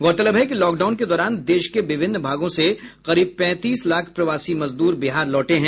गौरतलब है कि लॉकडाउन के दौरान देश के विभिन्न भागों से करीब पैंतीस लाख प्रवासी मजदूर बिहार लौटे हैं